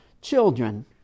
Children